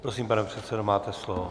Prosím, pane předsedo, máte slovo.